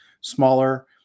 smaller